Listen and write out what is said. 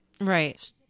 Right